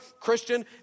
Christian